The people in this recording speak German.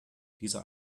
dieser